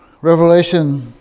Revelation